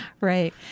Right